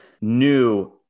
new